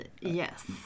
yes